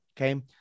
Okay